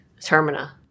Termina